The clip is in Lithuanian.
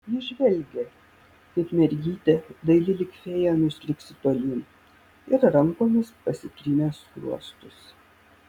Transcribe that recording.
jis žvelgė kaip mergytė daili lyg fėja nustriksi tolyn ir rankomis pasitrynė skruostus